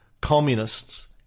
communists